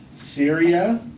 Syria